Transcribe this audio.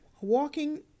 walking